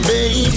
Baby